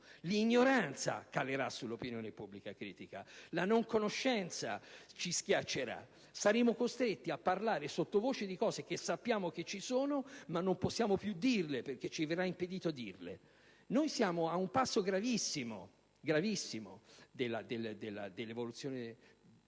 L'ignoranza calerà sull'opinione pubblica critica. La non conoscenza ci schiaccerà. Saremo costretti a parlare sotto voce di cose che sappiamo esistere ma di cui non possiamo più parlare perché ci sarà impedito di farlo. Noi siamo ad un passo gravissimo dell'evoluzione